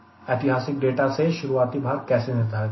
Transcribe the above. ऐतिहासिक डेटा से शुरुआती भार कैसे निर्धारित करें